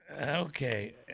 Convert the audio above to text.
Okay